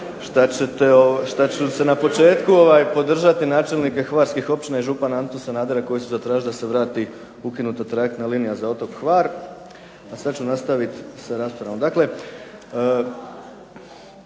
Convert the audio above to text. što ću na početku podržati načelnike hvarskih općina i župana Antu Sanadera koji su zatražili da se vrati ukinuta trajektna linije za otok Hvar, a sad ću nastavit s raspravom.